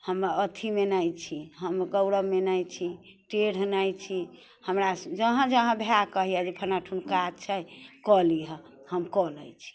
हम अथीमे नहि छी हम गौरवमे नहि छी टेढ़ नहि छी हमरा जहाँ जहाँ भाय कहैया जे फलना ठुन काज छै कऽ लीह हम कऽ लैत छी